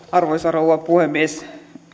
arvoisa rouva puhemies